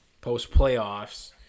post-playoffs